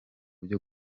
byo